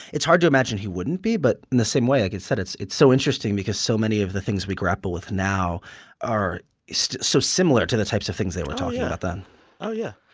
it's hard to imagine he wouldn't be, but in the same way, like i said, it's it's so interesting because so many of the things we grapple with now are so so similar to the types of things they were talking about then oh, yeah.